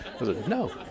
No